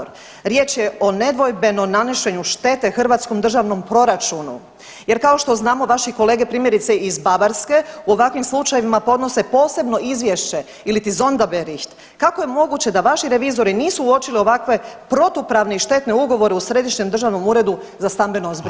Riječ je o nedvojbenom nanošenju štete hrvatskom državnom proračunu jer kao što znamo vaši kolege primjerice iz Bavarske u ovakvim slučajevima podnose posebno izvješće iliti zondabericht, kako je moguće da vaši revizori nisu uočili ovakve protupravne i štetne ugovore u Središnjem državnom uredu za stambeno zbrinjavanje?